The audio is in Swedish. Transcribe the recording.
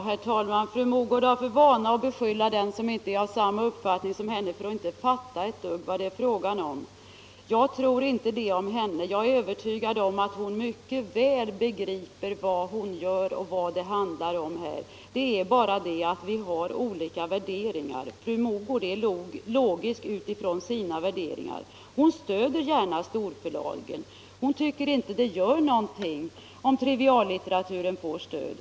Herr talman! Fru Mogård har för vana att beskylla den som inte är av samma uppfattning som hon för att inte fatta vad det är fråga om. Jag tror inte detsamma om fru Mogård. Jag är övertygad om att hon mycket väl begriper vad hon gör och vad det här handlar om. Det är bara det att vi har olika värderingar. Fru Mogård är logisk utifrån sina värderingar. Hon stöder gärna storförlagen. Hon tycker inte det gör någonting om triviallitteraturen får stöd.